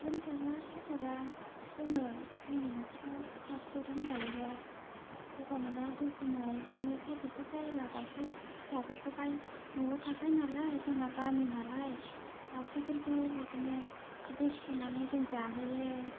लोमजाबा साजाबा जोंङो जोंनि न'खराव फिसा फिसौ लोमजायोबा गगा मोननाय गुजुनाय बिदिनो टाइफ'इडफोर जायोबा दाउसा फिसाफोरखौहाय न'आव थाखायो नालाय जोंना गामि नालाय दाउसाफोरखौ बिदिनो बिदै फुदुंनानै जों जाहोयो